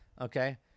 Okay